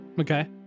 Okay